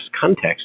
context